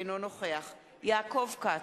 אינו נוכח יעקב כץ,